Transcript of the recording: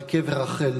אבל קבר רחל,